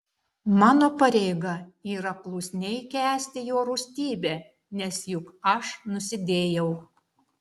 mano pareiga yra klusniai kęsti jo rūstybę nes juk aš nusidėjau